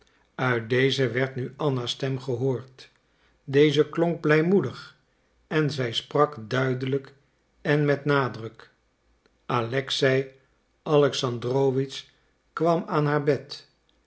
uit deze werd nu anna's stem gehoord deze klonk blijmoedig en zij sprak duidelijk en met nadruk alexei alexandrowitsch kwam aan haar bed